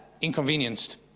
inconvenienced